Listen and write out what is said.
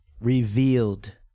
revealed